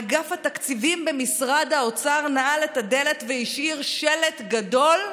אגף התקציבים במשרד האוצר נעל את הדלת והשאיר שלט גדול: